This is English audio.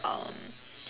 um